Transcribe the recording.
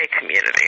community